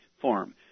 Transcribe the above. form